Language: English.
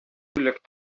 locked